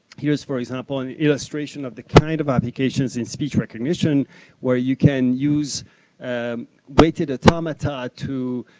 here's for example, an illustration of the kind of applications and speech recognition where you can use weighted automata to